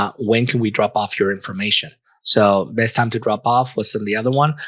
ah when can we drop off your information so base time to drop off? what's in the other one?